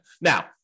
Now